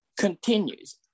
continues